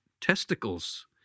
testicles